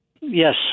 Yes